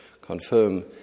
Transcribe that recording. confirm